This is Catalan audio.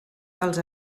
dels